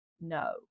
no